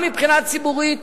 גם מבחינה ציבורית,